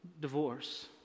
divorce